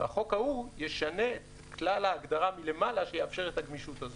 והחוק ההוא ישנה את כלל ההגדרה מלמעלה שיאפשר את הגמישות הזו.